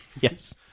Yes